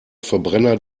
verbrenner